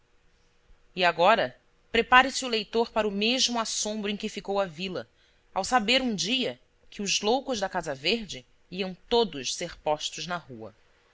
e agora prepare-se o leitor para o mesmo assombro em que ficou a vila ao saber um dia que os loucos da casa verde iam todos ser postos na rua